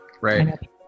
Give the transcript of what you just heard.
Right